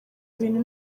ibintu